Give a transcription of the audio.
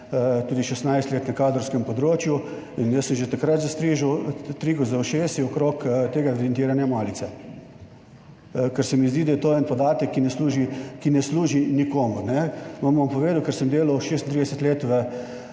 tudi 16 let na kadrovskem področju in jaz sem že takrat zastrigel z ušesi okrog tega evidentiranja malice, ker se mi zdi, da je to en podatek, ki ne služi nikomur. Vam bom povedal, ker sem delal 36 let